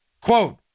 Quote